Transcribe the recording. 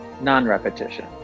non-repetition